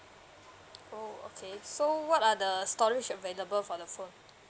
oh okay so what are the storage available for the phone